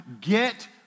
get